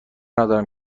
ندارم